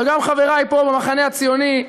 גם חברי פה במחנה הציוני,